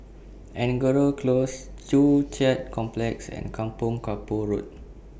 Angora Close Joo Chiat Complex and Kampong Kapor Road